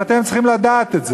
ואתם צריכים לדעת את זה.